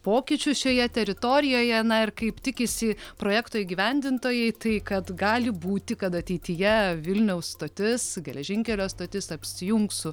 pokyčių šioje teritorijoje na ir kaip tikisi projekto įgyvendintojai tai kad gali būti kad ateityje vilniaus stotis geležinkelio stotis apsijungs su